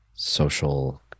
social